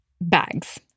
Bags